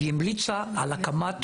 והמליצה על הקמת